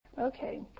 Okay